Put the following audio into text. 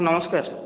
sir ନମସ୍କାର୍